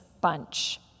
bunch